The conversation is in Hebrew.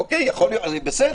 אוקיי, בסדר.